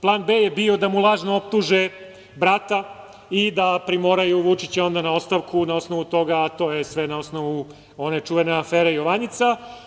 Plan B je bio da mu lažno optuže brata i da primoraju Vučića onda na ostavku na osnovu toga, a to je sve na osnovu one čuvene afere Jovanjica.